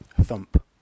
Thump